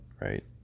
right